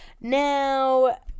Now